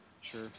Sure